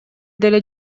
деле